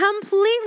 completely